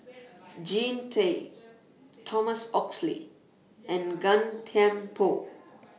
Jean Tay Thomas Oxley and Gan Thiam Poh